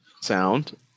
sound